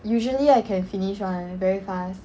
usually I can finish [one] very fast